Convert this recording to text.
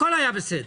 הכול היה בסדר